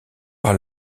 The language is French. par